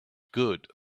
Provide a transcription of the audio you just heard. good